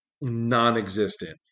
non-existent